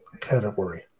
category